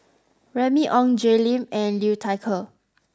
Remy Ong Jay Lim and Liu Thai Ker